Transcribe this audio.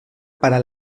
para